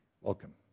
Welcome